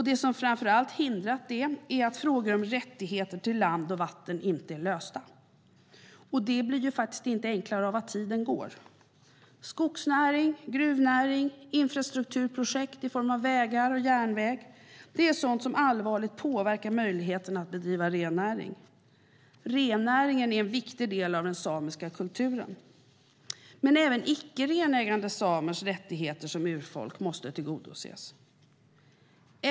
Det som framför allt hindrat det är att frågor om rättigheter till land och vatten inte är lösta, och det blir inte enklare av att tiden går. Skogsnäring, gruvnäring, infrastrukturprojekt i form av vägar och järnvägar är sådant som allvarligt påverkar möjligheten att bedriva rennäring. Rennäringen är en viktig del av den samiska kulturen. Men även icke renägande samers rättigheter som urfolk måste tillgodoses.